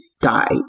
die